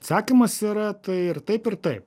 atsakymas yra tai ir taip ir taip